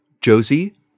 Josie